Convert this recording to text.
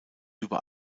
über